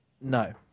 No